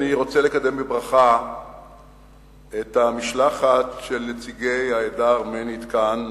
אני רוצה לקדם בברכה את המשלחת של נציגי העדה הארמנית כאן,